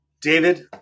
David